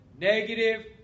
negative